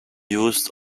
used